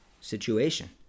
situation